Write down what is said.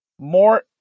more